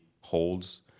holds